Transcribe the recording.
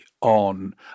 on